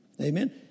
Amen